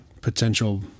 potential